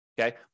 Okay